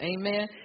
Amen